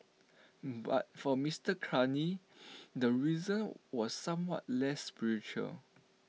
but for Mister Carney the reason was somewhat less spiritual